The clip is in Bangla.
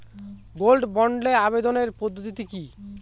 গোল্ড বন্ডে আবেদনের পদ্ধতিটি কি?